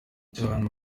john